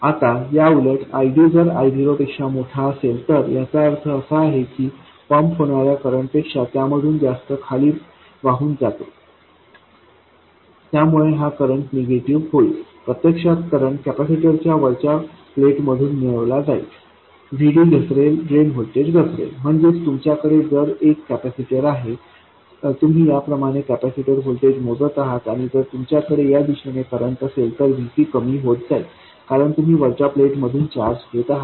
आता याउलट ID जर I0 पेक्षा मोठा असेल तर याचा अर्थ असा आहे की पंप होणाऱ्या करंट पेक्षा त्यामधून जास्त करंट खाली वाहून जातो त्यामुळे हा करंट निगेटिव्ह होईल प्रत्यक्षात करंट कॅपेसिटर च्या वरच्या प्लेटमधून मिळवला जाईल VD घसरेल ड्रेन व्होल्टेज घसरेल म्हणजेच तुमच्याकडे जर एक कॅपेसिटर आहे तुम्ही याप्रमाणे कॅपेसिटर व्होल्टेज मोजत आहात आणि जर तुमच्याकडे या दिशेने करंट असेल तर VC कमी होत जाईल कारण तुम्ही वरच्या प्लेटमधून चार्ज घेत आहात